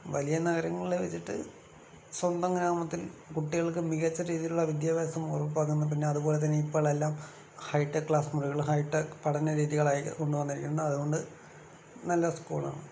വലിയ നഗരങ്ങളെ വെച്ചിട്ട് സ്വന്തം ഗ്രാമത്തിൽ കുട്ടികൾക്ക് മികച്ച രീതിയിൽ ഉള്ള വിദ്യാഭ്യാസം ഉറപ്പാക്കുന്ന പിന്നെ അതുപോലെ തന്നെ ഇപ്പോളെല്ലാം ഹൈടെക്ക് ക്ലാസ് മുറികളും ഹൈടെക്ക് പഠന രീതികളും ആയിക്കൊണ്ടു വന്നിരിക്കുന്നു അതുകൊണ്ട് നല്ല സ്കൂളാണ്